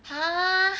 !huh!